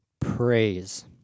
praise